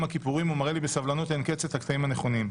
הכיפורים ומראה לי בסבלנות אין קץ את הקטעים הנכונים.